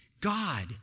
God